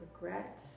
regret